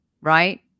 right